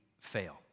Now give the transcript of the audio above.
fail